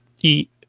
eat